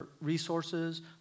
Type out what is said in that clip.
resources